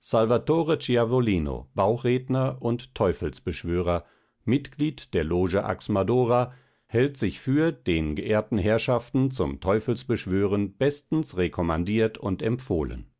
salvatore ciavolino bauchredner und teufelsbeschwörer mitglied der loge axmadora hält sich für den geehrten herrschaften zum teufelsbeschwören bestens rekommandiert und empfohlen